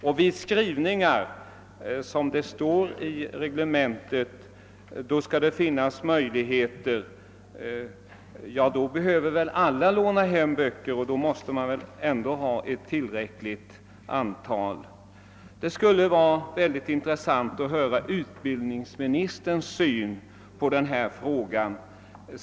Och vid skrivningar skall det, som det står i reglementet, finnas möjligheter att läsa på. Då behöver väl alla låna hem böcker, så därför erfordras ändå ett tillräckligt antal. Det skulle vara intressant att höra utbildningsministerns syn på denna fråga.